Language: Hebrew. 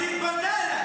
אבל היא פונה אליי.